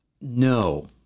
no